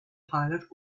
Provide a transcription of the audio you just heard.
pilot